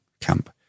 camp